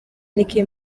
nicki